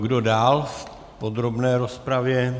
Kdo dál v podrobné rozpravě?